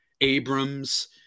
Abrams